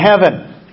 heaven